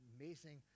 amazing